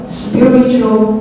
spiritual